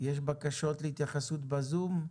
יש בקשות להתייחסות בזום?